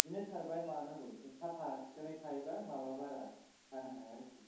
बिदिनो सारब्ला माबा नांगौ एसे साखोन सिखोनै थायोब्ला माबा बारा जानो हाया आरोखि